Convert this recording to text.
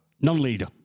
non-leader